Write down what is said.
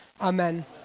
Amen